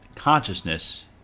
consciousness